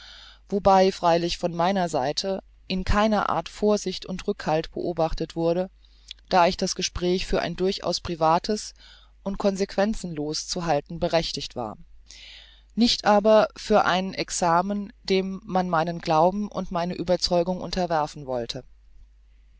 wobei freilich von meiner seite in keiner art vorsicht und rückhalt beobachtet wurde da ich das gespräch für ein durchaus privates und consequenzloses zu halten berechtigt war nicht aber für ein examen dem man meinen glauben und meine überzeugung unterwerfen wollte